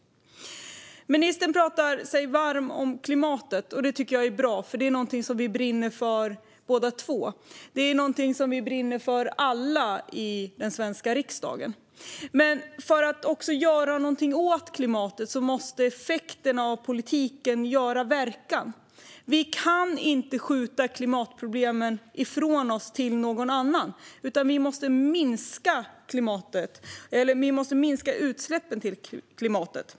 Ministern talar sig varm för klimatet. Det tycker jag är bra, för det är någonting som vi båda två brinner för. Det är någonting som vi alla i den svenska riksdagen brinner för. Men för att vi ska kunna göra någonting åt klimatet måste också effekterna av politiken göra verkan. Vi kan inte skjuta klimatproblemen ifrån oss till någon annan, utan vi måste minska utsläppen till klimatet.